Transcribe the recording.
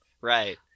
right